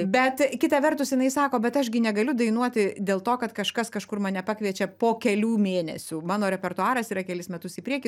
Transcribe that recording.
bet kita vertus jinai sako bet aš gi negaliu dainuoti dėl to kad kažkas kažkur mane pakviečia po kelių mėnesių mano repertuaras yra kelis metus į priekį